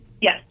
Yes